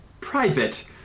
private